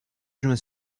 juin